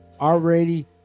already